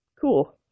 cool